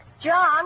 John